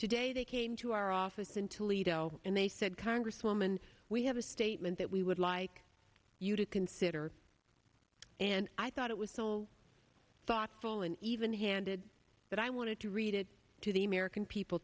today they came to our office in toledo and they said congresswoman we have a statement that we would like you to consider and i thought it was so thoughtful and even handed that i wanted to read it to the american people